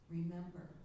Remember